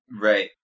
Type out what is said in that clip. Right